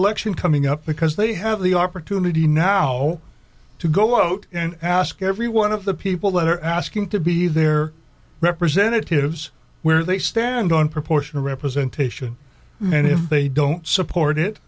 election coming up because they have the opportunity now to go out and ask every one of the people that are asking to be their representatives where they stand on proportional representation and if they don't support it